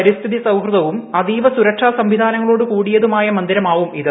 പരിസ്ഥിതി സൌഹൃദവും അതീവ സുരക്ഷാ സംവിധാനങ്ങളോട് കൂടിയതുമായ മന്ദിരമാവും ഇത്